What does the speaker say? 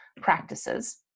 practices